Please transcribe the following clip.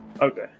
Okay